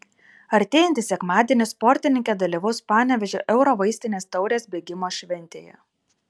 artėjantį sekmadienį sportininkė dalyvaus panevėžio eurovaistinės taurės bėgimo šventėje